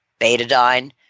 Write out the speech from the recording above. betadine